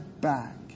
back